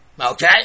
Okay